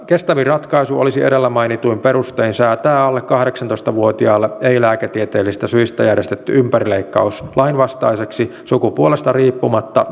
kestävin ratkaisu olisi edellä mainituin perustein säätää alle kahdeksantoista vuotiaalle ei lääketieteellisistä syistä järjestetty ympärileikkaus lainvastaiseksi sukupuolesta riippumatta